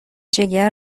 جگر